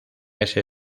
ese